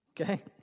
Okay